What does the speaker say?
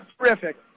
terrific